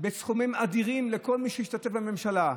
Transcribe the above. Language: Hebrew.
בסכומים אדירים לכל מי שהשתתף בממשלה,